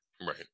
right